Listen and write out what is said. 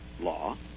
law